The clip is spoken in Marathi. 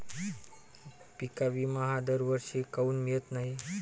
पिका विमा हा दरवर्षी काऊन मिळत न्हाई?